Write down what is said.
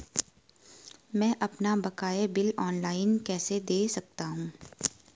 मैं अपना बकाया बिल ऑनलाइन कैसे दें सकता हूँ?